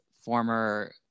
former